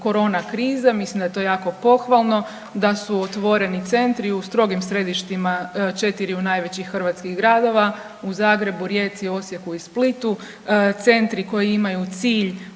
korona krize, mislim da je to jako pohvalno, da su otvoreni centri u strogim središtima 4 najvećih hrvatskih gradova, u Zagrebu, Rijeci, Osijeku i Splitu, centri koji imaju cilj